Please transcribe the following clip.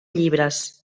llibres